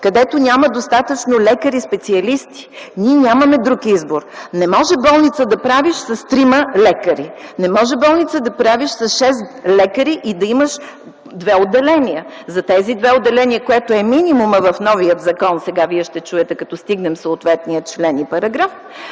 където няма достатъчно лекари-специалисти, ние нямаме друг избор. Не може да правиш болница с трима лекари, не може да правиш болница с шест лекари и да имаш две отделения. За тези две отделения, което е минимумът в новия закон сега, вие ще чуете като стигнем съответния член и параграф,